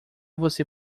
você